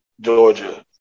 Georgia